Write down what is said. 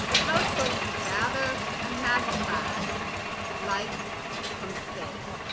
telescopes gather and magnify light from space.